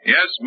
Yes